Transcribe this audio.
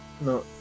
No